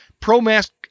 Pro-mask